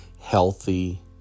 healthy